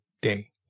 day